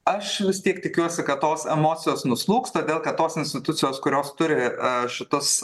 aš vis tiek tikiuosi kad tos emocijos nuslūgs todėl kad tos institucijos kurios turi a šitus